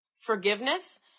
Forgiveness